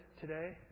today